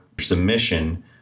submission